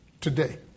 today